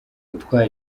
gutwara